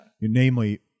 Namely